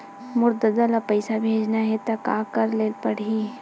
मोर ददा ल पईसा भेजना हे त का करे ल पड़हि?